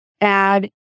add